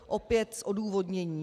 Opět odůvodnění.